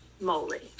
moly